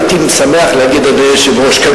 הייתי שמח להגיד: אדוני היושב-ראש,